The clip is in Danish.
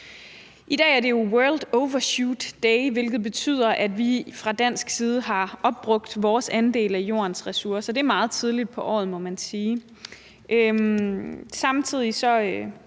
I dag er det jo earth overshoot day, hvilket betyder, at vi fra dansk side har opbrugt vores andel af jordens ressourcer. Det er meget tidligt på året, må man sige.